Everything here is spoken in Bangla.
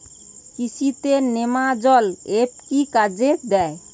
কৃষি তে নেমাজল এফ কি কাজে দেয়?